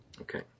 Okay